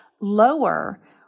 lower